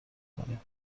کنیم